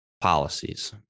policies